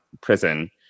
prison